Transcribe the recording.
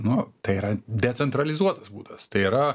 nu tai yra decentralizuotas būdas tai yra